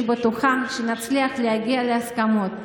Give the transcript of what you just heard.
אני בטוחה שנצליח להגיע להסכמות,